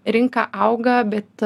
rinka auga bet